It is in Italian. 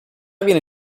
viene